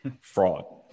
Fraud